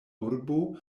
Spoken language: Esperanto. urbo